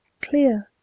clear,